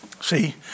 See